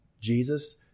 Jesus